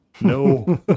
No